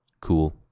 cool